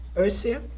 ersea,